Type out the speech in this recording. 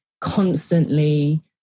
constantly